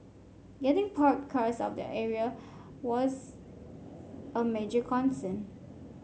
getting parked cars of the area was a major concern